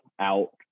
out